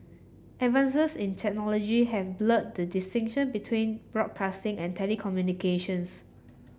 advances in technology have blurred the distinction between broadcasting and telecommunications